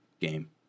game